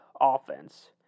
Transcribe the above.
offense